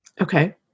Okay